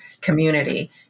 community